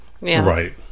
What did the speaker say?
Right